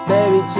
Baby